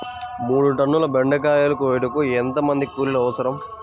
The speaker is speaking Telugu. మూడు టన్నుల బెండకాయలు కోయుటకు ఎంత మంది కూలీలు అవసరం?